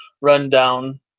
rundown